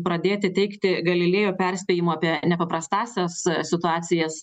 pradėti teikti galilėjo perspėjimą apie nepaprastąsias situacijas